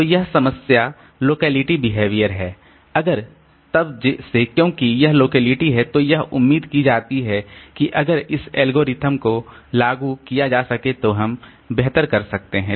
तो यह समस्या लोकेलिटी बिहेवियर है अगर तब से क्योंकि यह लोकेलिटी है तो यह उम्मीद की जाती है कि अगर इस एल्गोरिदम को लागू किया जा सके तो हम बेहतर कर सकते हैं